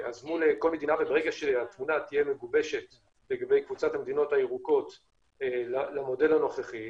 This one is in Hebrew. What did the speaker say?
ברגע שהתמונה תהיה מגובשת לגבי קבוצת המדינות הירוקות למודל הנוכחי,